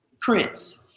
Prince